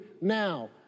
now